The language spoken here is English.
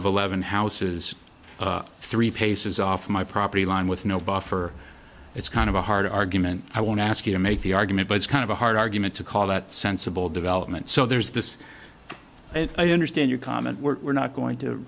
of eleven houses three paces off my property line with no buffer it's kind of a hard argument i want to ask you to make the argument but it's kind of a hard argument to call that sensible development so there's this if i understand your comment we're not going to